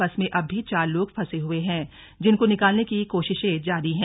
बस में अब भी चार लोग फंसे हुए हैं जिनको निकालने की कोशिशें जारी हैं